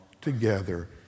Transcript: together